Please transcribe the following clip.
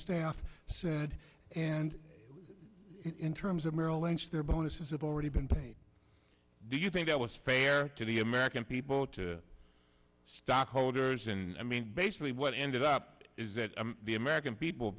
staff said and in terms of merrill lynch their bonuses have already been paid do you think that was fair to the american people to stockholders and i mean basically what ended up is that the american people